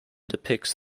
depicts